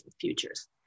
futures